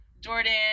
Jordan